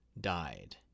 died